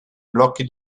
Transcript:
blocchi